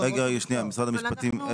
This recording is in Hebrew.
רגע, שנייה, משרד המשפטים.